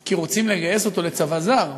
כי רוצים לגייס אותו לצבא זר.